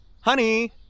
Honey